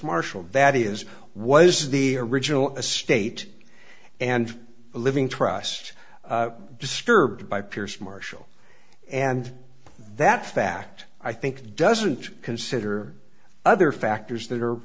marshall that is was the original a state and a living trust disturbed by pierce marshall and that fact i think doesn't consider other factors that are